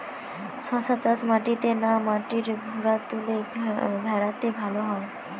শশা চাষ মাটিতে না মাটির ভুরাতুলে ভেরাতে ভালো হয়?